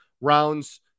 rounds